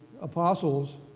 apostles